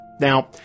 Now